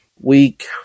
week